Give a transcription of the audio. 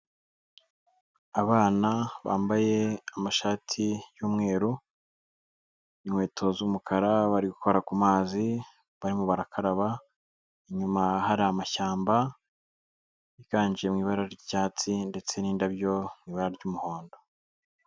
Abana bambaye amashati y'umweru, inkweto z'umukara, bari gukora ku mazi barimo barakaraba, inyuma hari amashyamba yiganje mu ibara ry'icyatsi ndetse n'indabyo mu ibara ry'umuhondo.